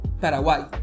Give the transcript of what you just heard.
Paraguay